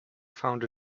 found